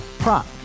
Prop